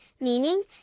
meaning